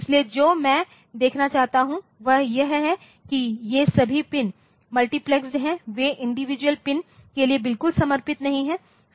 इसलिए जो मैं दिखाना चाहता हूं वह यह है कि ये सभी पिन मल्टीप्लेक्स हैं वे इंडिविजुअल पिन के लिए बिल्कुल समर्पित नहीं हैं